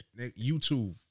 YouTube